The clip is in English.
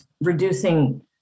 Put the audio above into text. reducing